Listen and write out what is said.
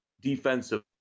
defensive